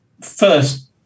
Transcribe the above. first